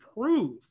prove